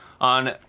on